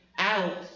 out